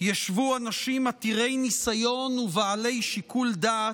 ישבו אנשים עתירי ניסיון ובעלי שיקול דעת,